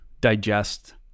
digest